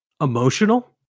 Emotional